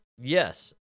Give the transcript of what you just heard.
Yes